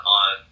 on